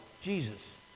Jesus